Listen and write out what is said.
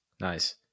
nice